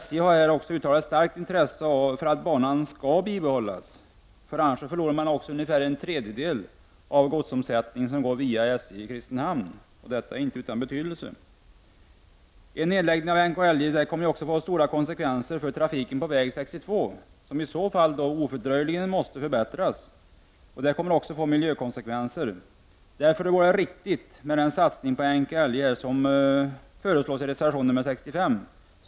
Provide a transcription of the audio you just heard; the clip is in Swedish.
SJ har också uttalat ett starkt intresse av att banan bibehålls. Annars förlorar SJ nämligen ungefär en tredjedel av den godsomsättning som går via Kristinehamn, och detta är inte utan betydelse. En nedläggning av NKIJ kommer även att få stora konsekvenser för trafiken på väg 62, som i så fall ofördröjligen måste förbättras. En nedläggning kommer också att få miljökonsekvenser. Det vore därför riktigt med den satsning på NKIJ som föreslås i reservation nr 65.